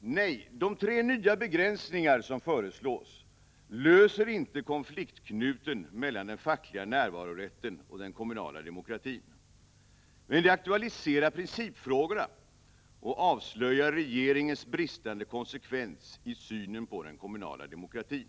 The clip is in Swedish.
”Nej, de tre nya begränsningar som föreslås löser inte konfliktknuten mellan den fackliga närvarorätten och den kommunala demokratin. Men de aktualiserar principfrågorna och avslöjar regeringens bristande konsekvens i synen på den kommunala demokratin.